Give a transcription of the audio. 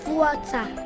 water